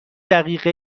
دقیقه